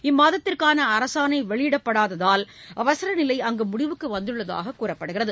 இம்மாதத்திற்கான அரசாணை வெளியிடப்படாததால் அவசர நிலை அங்கு முடிவுக்கு வந்துள்ளதாக கூறப்படுகிறது